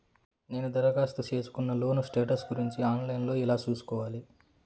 నేను దరఖాస్తు సేసుకున్న లోను స్టేటస్ గురించి ఆన్ లైను లో ఎలా సూసుకోవాలి?